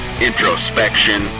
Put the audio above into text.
introspection